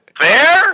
fair